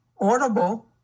Audible